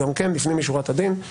גם כן לפנים משורת הדין.